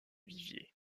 viviers